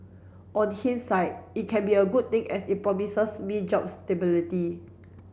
on hindsight it can be a good thing as it promises me job stability